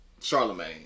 Charlemagne